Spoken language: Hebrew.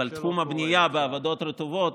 אבל תחום הבנייה בעבודות רטובות